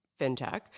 fintech